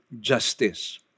justice